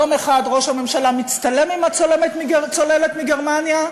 יום אחד ראש הממשלה מצטלם עם הצוללת מגרמניה,